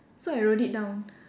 so I wrote it down